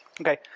Okay